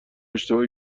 اشتباه